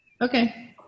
Okay